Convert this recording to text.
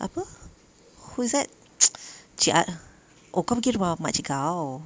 apa who's that cik oh kau pergi rumah makcik kau